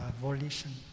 volition